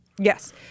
Yes